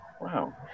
wow